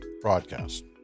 broadcast